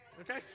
Okay